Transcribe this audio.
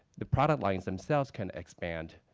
the product lines themselves can expand